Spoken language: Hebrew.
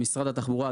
משרד התחבורה,